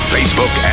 Facebook